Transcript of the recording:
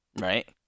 Right